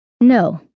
No